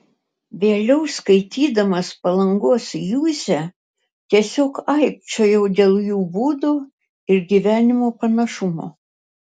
vėliau skaitydamas palangos juzę tiesiog aikčiojau dėl jų būdo ir gyvenimo panašumo